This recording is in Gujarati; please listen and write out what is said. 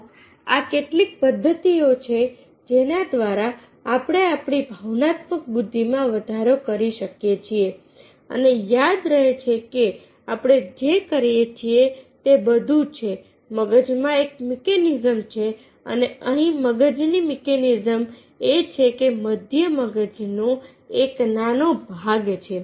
તો આ કેટલીક પદ્ધતિઓ છે જેના દ્વારા આપણે આપણી ભાવનાત્મક બુદ્ધિમાં વધારો કરી શકીએ છીએ અને યાદ રહે છે કે આપણે જે કરીએ છીએ તે બધું છે મગજમાં એક મિકેનિઝમ છે અને અહીં મગજની મિકેનિઝમ એ છે કે મધ્ય મગજ નો એક નાનો ભાગ છે